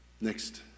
Next